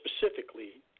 specifically